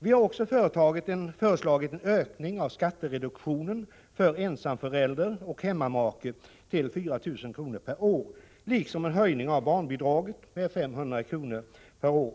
Vi har också föreslagit en ökning av skattereduktionen för ensamförälder och hemmamake till 4 000 kr. per år, liksom en höjning av barnbidraget med 500 kr. per år.